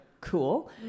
cool